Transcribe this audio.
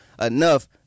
enough